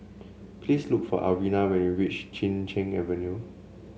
please look for Alvina when you reach Chin Cheng Avenue